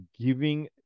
giving